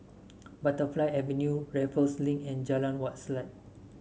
Butterfly Avenue Raffles Link and Jalan Wak Selat